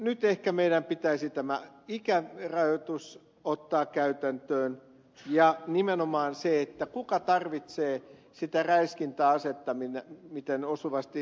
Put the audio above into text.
nyt ehkä meidän pitäisi tämä ikärajoitus ottaa käytäntöön ja nimenomaan ratkaista kuka tarvitsee sitä räiskintäasetta miten osuvasti ed